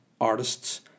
artists